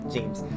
James